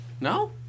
No